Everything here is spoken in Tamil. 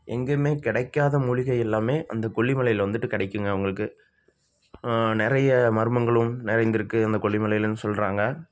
எங்கேயுமே கிடைக்காத மூலிகை எல்லாமே அந்தக் கொல்லி மலையில் வந்துட்டு கிடைக்குங்க உங்களுக்கு நிறைய மர்மங்களும் நிறைந்திருக்கு அந்தக் கொல்லி மலையில்னு சொல்கிறாங்க